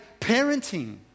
parenting